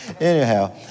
Anyhow